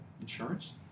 insurance